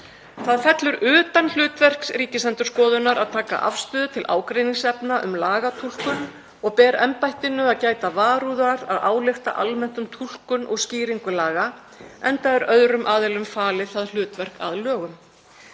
„Það fellur utan hlutverks Ríkisendurskoðunar að taka afstöðu til ágreiningsefna um lagatúlkun og ber embættinu að gæta varúðar að álykta almennt um túlkun og skýringu laga, enda er öðrum aðilum falið það hlutverk að lögum.